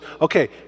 okay